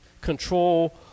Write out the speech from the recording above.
control